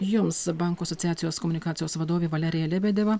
jums bankų asociacijos komunikacijos vadovė valerija lebedeva